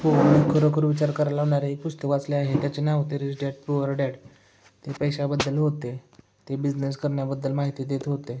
हो मी खरोखर विचार करायला लावणारे एक पुस्तक वाचलं आहे त्याचे नाव होते रिच डॅड पूअर डॅड ते पैशाबद्दल होते ते बिझनेस करण्याबद्दल माहिती देत होते